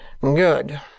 Good